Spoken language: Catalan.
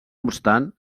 obstant